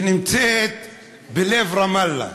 שנמצא בלב רמאללה,